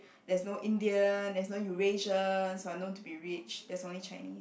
there's no Indian there's no Eurasians who are known to be rich there's only Chinese